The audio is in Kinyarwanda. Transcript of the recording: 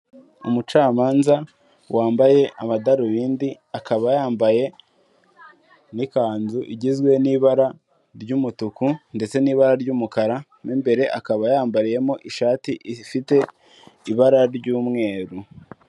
Umucamanza wambaye amadarubindi, akaba yambaye n'ikanzu igizwe n'ibara ry'umutuku ndetse n'ibara ry'umukara, mo imbere akaba yambariyemo ishati ifite ibara ry'umweru.